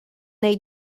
wnei